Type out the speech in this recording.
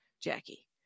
Jackie